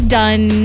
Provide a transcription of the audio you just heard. done